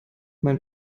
mein